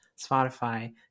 Spotify